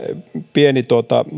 pieni